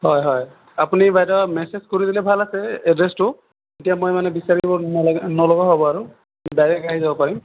হয় হয় আপুনি বাইদ' মেচেজ কৰি দিলে ভাল আছে এড্ৰেছটো তেতিয়া মই মানে বিচাৰিব নালাগে নলগা হ'ব আৰু ডাইৰেক আহি যাব পাৰিম